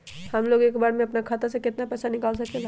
हमलोग एक बार में अपना खाता से केतना पैसा निकाल सकेला?